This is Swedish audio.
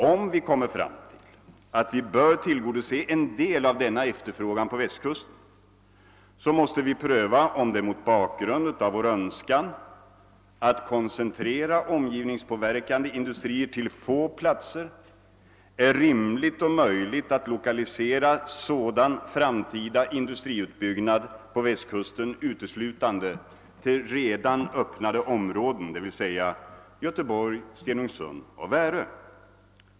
Om vi kommer fram till att vi bör tillgodose en del av denna efterfrågan på Västkusten, måste vi pröva om det mot bakgrund av vår önskan att koncentrera omgivningspåverkande industrier till få platser är rimligt och möjligt att lokalisera sådan framtida industriutbyggnad på Västkusten uteslutande till redan öppnade områden, dvs. Göteborg, Stenungsund och Värö.